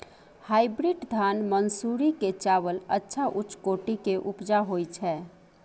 Hybrid धान मानसुरी के चावल अच्छा उच्च कोटि के उपजा होय छै?